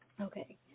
Okay